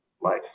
life